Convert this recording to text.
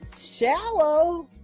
Shallow